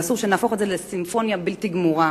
ואסור שנהפוך את זה לסימפוניה בלתי גמורה.